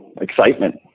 excitement